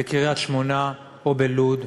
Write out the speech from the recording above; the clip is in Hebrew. בקריית-שמונה או בלוד,